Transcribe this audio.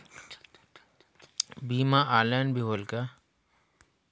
बीमा ऑनलाइन भी होयल का?